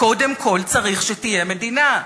קודם כול צריך שתהיה מדינה.